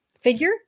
figure